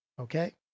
Okay